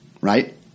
right